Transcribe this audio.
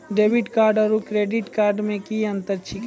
Debit card आरू credit card मे कि अन्तर छैक?